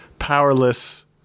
powerless